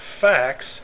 facts